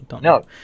No